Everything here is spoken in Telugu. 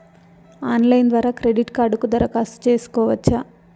ఆన్లైన్ ద్వారా క్రెడిట్ కార్డుకు దరఖాస్తు సేసుకోవచ్చా?